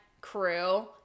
crew